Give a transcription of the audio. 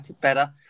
better